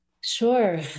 Sure